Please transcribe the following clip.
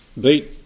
beat